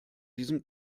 diesem